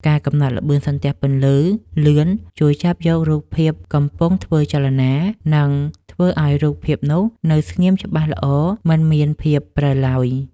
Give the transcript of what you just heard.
ការកំណត់ល្បឿនសន្ទះពន្លឺលឿនជួយចាប់យករូបភាពវត្ថុកំពុងធ្វើចលនា និង ធ្វើឱ្យរូបភាពនោះនៅស្ងៀមច្បាស់ល្អមិនមានភាពព្រិលឡើយ។